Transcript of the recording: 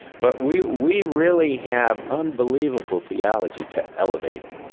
but we we really have unbelievable theology to elevate it.